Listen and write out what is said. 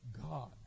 God